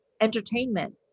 entertainment